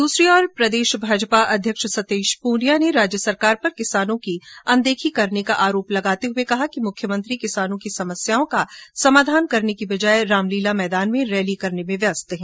दूसरी ओर भाजपा प्रदेश अध्यक्ष सतीश पूनिया ने राज्य सरकार पर किसानों की अनदेखी करने का आरोप लगाते हये कहा कि मुख्यमंत्री किसानों की समस्याओं को समाधान करने के बजाय रामलीला मैदान की रैली में व्यस्त हैं